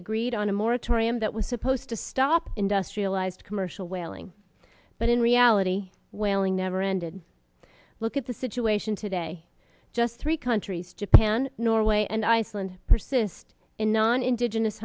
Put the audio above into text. moratorium that was supposed to stop industrialized commercial whaling but in reality whaling never ended look at the situation today just three countries japan norway and iceland persist in non indigenous